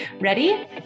Ready